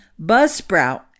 Buzzsprout